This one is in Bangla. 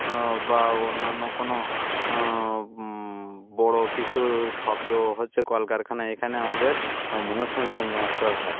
বা অন্যান্য কোনো বড়ো কিছুর শব্দ হচ্ছে কলকারখানা এখানে আমাদের মনঃসংযোগ নষ্ট হয়